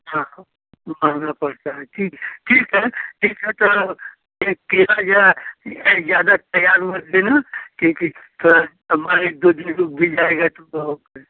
हाँ महँगा पड़ता है ठीक ठीक है ठीक है त ए केला जा ये ज्यादा तैयार मत देना क्योंकि थ थोड़ा समान एक दो दिन को भूल जाएगा तो